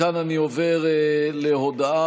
מכאן אני עובר להודעה.